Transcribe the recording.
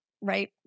right